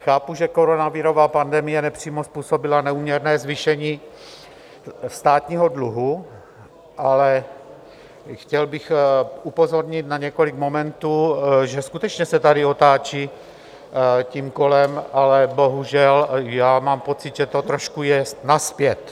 Chápu, že koronavirová pandemie nepřímo způsobila neúměrné zvýšení státního dluhu, ale chtěl bych upozornit na několik momentů, že skutečně se tady otáčí tím kolem, ale bohužel já mám pocit, že to trošku je nazpět.